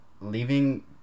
Leaving